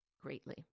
greatly